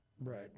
right